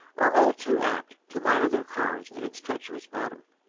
are all too apt to mire their cars in its treacherous bottom.